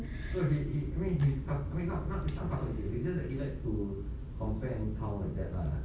so we re going up up somehow you just like he likes to compare and power that lah